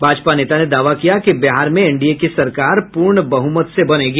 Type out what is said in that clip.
भाजपा नेता ने दावा किया कि बिहार में एनडीए की सरकार पूर्ण बहुमत से बनेगी